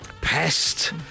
Pest